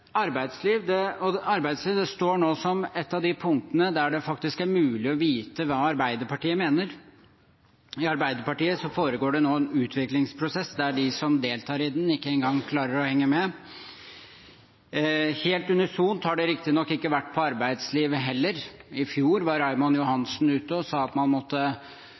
Arbeidsliv står nå som et av de punktene der det faktisk er mulig å vite hva Arbeiderpartiet mener. I Arbeiderpartiet foregår det nå en utviklingsprosess, der de som deltar i den, ikke en gang klarer å henge med. Helt unisont har det riktignok ikke vært med tanke på arbeidsliv heller – i fjor var Raymond Johansen ute og sa at man måtte